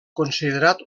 considerat